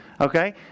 Okay